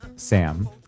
sam